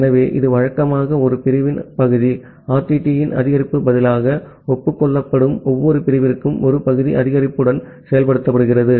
ஆகவே இது வழக்கமாக ஒரு பிரிவின் பகுதி RTTயின் அதிகரிப்புக்கு பதிலாக ஒப்புக் கொள்ளப்படும் ஒவ்வொரு பிரிவிற்கும் ஒரு பகுதி அதிகரிப்புடன் செயல்படுத்தப்படுகிறது